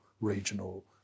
regional